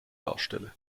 darstelle